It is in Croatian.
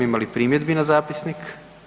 Ima li primjedbi na zapisnik?